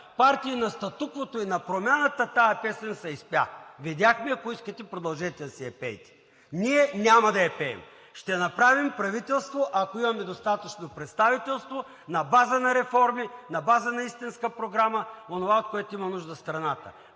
Партии на статуквото и на промяната, тази песен се изпя. Видяхме, ако искате, продължете да си я пеете. Ние няма да я пеем! Ще направим правителство, ако имаме достатъчно представителство на база на реформи, на база на истинска програма, онова, от което има нужда страната.